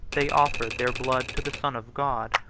they offered their blood to the son of god,